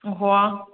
ꯑꯣ ꯍꯣꯏ